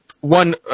One